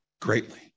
greatly